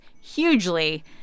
hugely